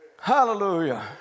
Hallelujah